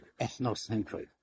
ethnocentric